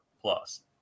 Plus